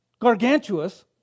gargantuous